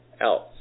else